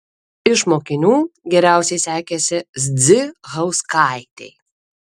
iš mokinių geriausiai sekėsi zdzichauskaitei